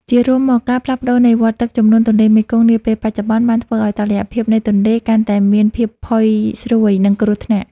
ជារួមមក ការផ្លាស់ប្តូរនៃវដ្តទឹកជំនន់ទន្លេមេគង្គនាពេលបច្ចុប្បន្ន បានធ្វើឱ្យតុល្យភាពនៃទន្លេ កាន់តែមានភាពផុយស្រួយ និងគ្រោះថ្នាក់។